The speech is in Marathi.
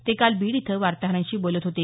ते काल बीड इथं वार्ताहरांशी बोलत होते